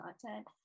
content